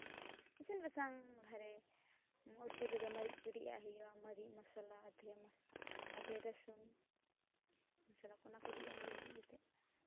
ᱤᱥᱤᱱ ᱵᱟᱥᱟᱝ ᱵᱟᱦᱨᱮ ᱩᱛᱩ ᱨᱮᱫᱚ ᱢᱟᱹᱨᱤᱪ ᱠᱚ ᱨᱤᱫ ᱟᱜ ᱦᱩᱭᱩᱜᱼᱟ ᱢᱟᱹᱨᱤᱪ ᱢᱚᱥᱞᱟ ᱟᱫᱷᱮ ᱨᱟᱹᱥᱩᱱ ᱢᱚᱥᱞᱟ ᱚᱱᱟ ᱠᱚ ᱨᱤᱫᱟᱜ ᱦᱩᱭᱩᱜᱼᱟ ᱨᱤᱫ ᱠᱟᱛᱮ